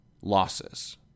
losses